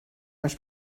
einem